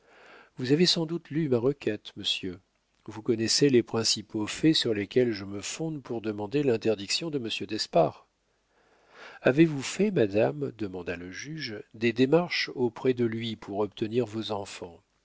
vous avez sans doute lu ma requête monsieur vous connaissez les principaux faits sur lesquels je me fonde pour demander l'interdiction de monsieur d'espard avez-vous fait madame demanda le juge des démarches auprès de lui pour obtenir vos enfants